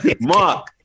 Mark